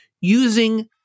using